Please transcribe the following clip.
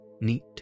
neat